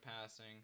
passing